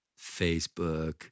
Facebook